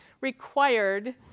required